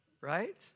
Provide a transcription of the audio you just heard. Right